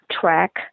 track